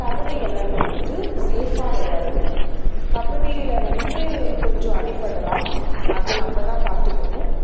கபடி விளாடும்போது சேஃப்பாக விளையாடணும் கபடியில் வந்து கொஞ்சம் அடிப்படலாம் அது நம்ம தான் பார்த்துக்கணும்